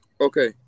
okay